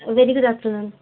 very good afternoon